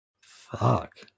Fuck